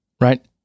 right